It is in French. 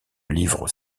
livres